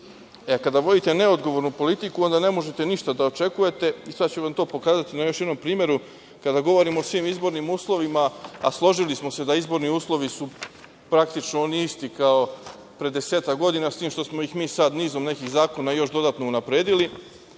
a kada vodite neodgovornu politiku, onda ne možete ništa da očekujete i sada ću vam to pokazati na još jednom primeru, kada govorimo o svim izbornim uslovima, a složili smo se da izborni uslovi su, praktično, oni isti kao pre desetak godina, s tim što smo ih mi sada nizom nekih zakona još dodatno unapredili. Imam